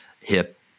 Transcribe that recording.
hip